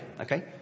okay